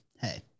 hey